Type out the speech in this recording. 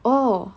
oh